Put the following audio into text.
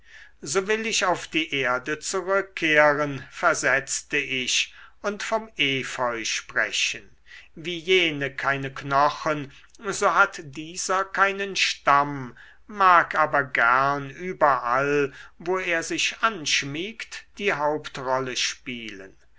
so will ich auf die erde zurückkehren versetzte ich und vom efeu sprechen wie jene keine knochen so hat dieser keinen stamm mag aber gern überall wo er sich anschmiegt die hauptrolle spielen